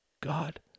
God